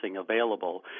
available